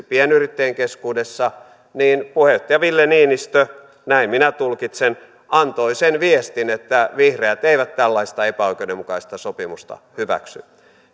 pienyrittäjien keskuudessa niin puheenjohtaja ville niinistö näin minä tulkitsen antoi sen viestin että vihreät eivät tällaista epäoikeudenmukaista sopimusta hyväksy